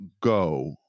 go